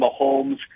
Mahomes